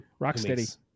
Rocksteady